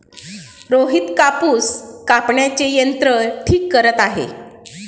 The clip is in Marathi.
रोहित कापूस कापण्याचे यंत्र ठीक करत आहे